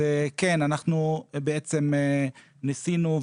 אנחנו ניסינו,